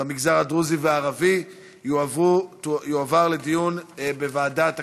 במגזר הדרוזי והערבי יועבר לדיון בוועדת הכלכלה.